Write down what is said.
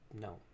No